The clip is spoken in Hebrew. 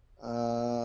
לדעתך?